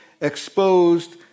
exposed